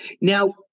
Now